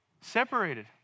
separated